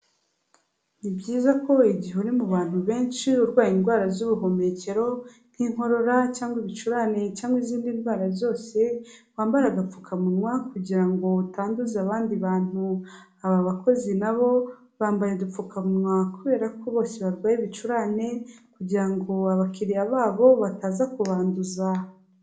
Ni byiza ko igihe uri mu bantu benshi urwaye indwara z'ubuhumekero nk'inkorora cyangwa ibicurane cyangwa izindi ndwara zose, wambara agapfukamunwa kugira ngo utanduza abandi bantu. Aba bakozi na bo bambaye udupfukamunwa kubera ko bose barwaye ibicurane kugira ngo abakiriya babo bataza kubanduza.